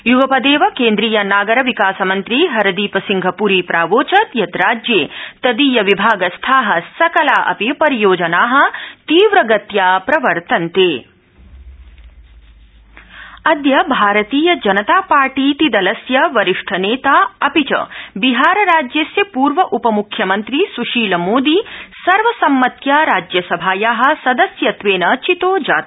युगपद्वकेंद्रीय नागर विकास मंत्री हरदीप सिंह पूरी प्रावोचत् यत् राज्यत्तिदीयविभागस्था सकला अपि परियोजना तीव्रगत्या प्रवर्तन्त स्शील मोदी अद्य भारतीय जनता पार्टी इति दलस्य वरिष्ठनत्ति अपि च बिहार राजस्य पूर्व उपमुख्यमन्त्री स्शीलमोदी सर्वसम्मत्या राज्यसभाया सदस्यत्व चितो जात